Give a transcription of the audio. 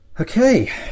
okay